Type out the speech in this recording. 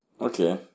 Okay